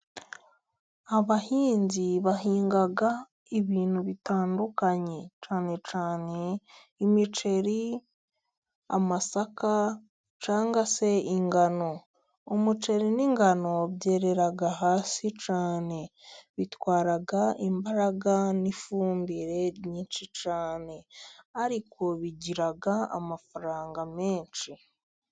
Abahinzi bahinga ibintu bitandukanye. Cyane cyane imiceri, amasaka, cyangwa se ingano. Umuceri n'ingano byerera hasi cyane, bitwara imbaraga n'ifumbire nyinshi cyane, ariko bigira amafaranga menshi.